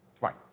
Right